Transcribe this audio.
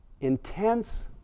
intense